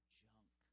junk